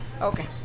Okay